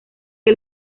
que